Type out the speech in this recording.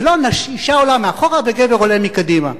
זה לא אשה עולה מאחור וגבר עולה מקדימה.